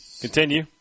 Continue